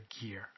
gear